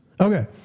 Okay